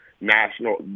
national